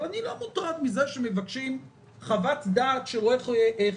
אני לא מוטרד מזה שמבקשים חוות דעת של רואה חשבון,